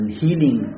healing